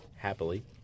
Happily